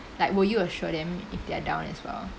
like will you assure them if they're down as well